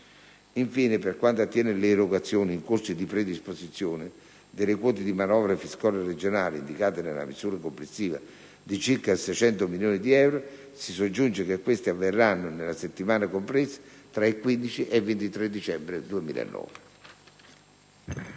ultimo, per quanto attiene le erogazioni, in corso di predisposizione, delle quote di manovra fiscale regionale indicate nella misura complessiva di circa 600 milioni di euro, si soggiunge che queste avverranno nella settimana compresa fra il 15 ed il 23 dicembre 2009.